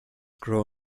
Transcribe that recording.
grow